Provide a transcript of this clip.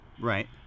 Right